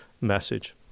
message